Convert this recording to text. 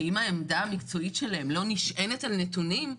שאם העמדה המקצועית שלהם לא נשענת על נתונים,